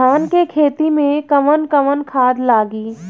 धान के खेती में कवन कवन खाद लागी?